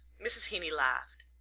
mrs. heeny laughed.